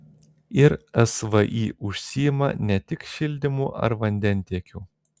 ir svį užsiima ne tik šildymu ar vandentiekiu